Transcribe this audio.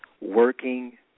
working